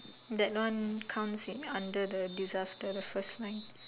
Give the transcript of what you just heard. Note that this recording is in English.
that one counts in under the disaster the first line